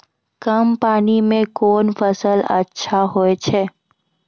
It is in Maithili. कम पानी म कोन फसल अच्छाहोय छै?